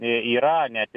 į yra net